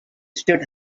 state